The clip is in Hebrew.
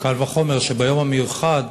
קל וחומר שביום המיוחד,